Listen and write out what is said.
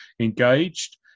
engaged